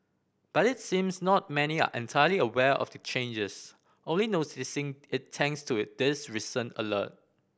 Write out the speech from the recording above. but it seems not many are entirely aware of the changes only noticing it thanks to this recent alert